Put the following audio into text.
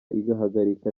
igahagarika